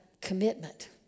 commitment